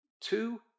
Two